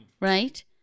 right